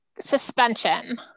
suspension